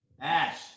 Ash